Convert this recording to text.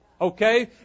Okay